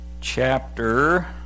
chapter